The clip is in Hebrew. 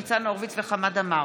ניצן הורוביץ וחמד עמאר